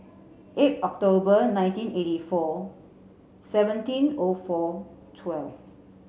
eight October nineteen eighty four seventeen O four twelve